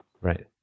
Right